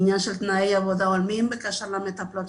עניין של תנאי עבודה הולמים בקשר למטפלות.